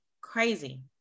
crazy